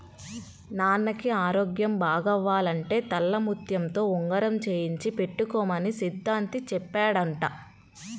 నాన్నకి ఆరోగ్యం బాగవ్వాలంటే తెల్లముత్యంతో ఉంగరం చేయించి పెట్టుకోమని సిద్ధాంతి చెప్పాడంట